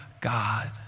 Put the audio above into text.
God